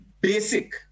basic